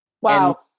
Wow